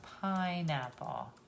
pineapple